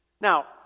Now